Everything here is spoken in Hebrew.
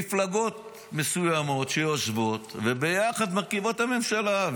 מפלגות מסוימות שיושבות וביחד מרכיבות את הממשלה.